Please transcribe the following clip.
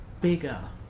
Bigger